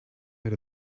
out